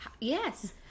Yes